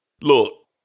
Look